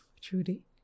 Trudy